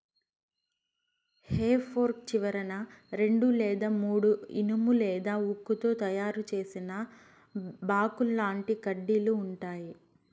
హె fork చివరన రెండు లేదా మూడు ఇనుము లేదా ఉక్కుతో తయారు చేసిన బాకుల్లాంటి కడ్డీలు ఉంటాయి